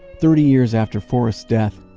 thirty years after forrest's death.